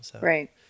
Right